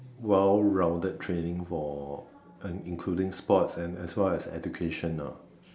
well rounded training for including sports and as well as education ah